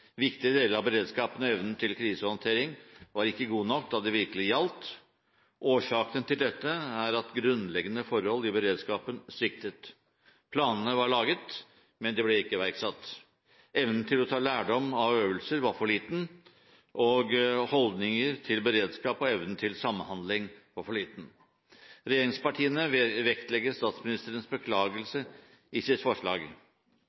Viktige deler av beredskapen og evnen til krisehåndtering var ikke gode nok da det virkelig gjaldt. Årsaken til dette er at grunnleggende forhold i beredskapen sviktet. Planene var laget, men de ble ikke iverksatt. Evnen til å ta lærdom av øvelser var for liten, og det gjelder både holdninger til beredskap og evnen til samhandling. Regjeringspartiene vektlegger statsministerens beklagelse i sitt forslag.